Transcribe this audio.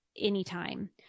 anytime